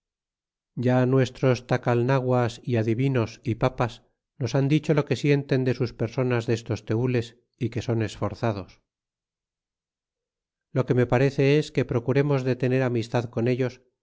ya nuestros tacalnaguas y adivinos y papas nos han dicho lo que sienten de sus personas destos tenles y que son esforzados lo que me parece es que procuremos de tener amistad con ellos